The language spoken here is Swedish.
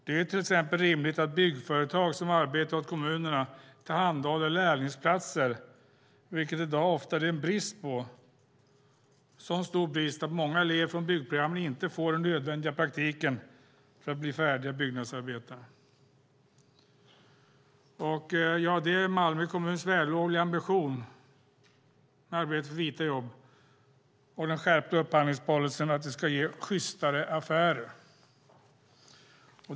Det är till exempel rimligt att byggföretag som arbetar åt kommunerna tillhandahåller lärlingsplatser, vilket det i dag ofta är brist på, så stor brist att många elever från byggprogrammen inte får den nödvändiga praktiken för att bli färdiga byggnadsarbetare. Det är Malmö kommuns vällovliga ambition att arbeta för vita jobb och att den skärpta upphandlingspolicyn ska ge sjystare affärer.